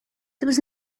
there